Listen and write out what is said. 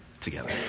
together